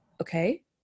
okay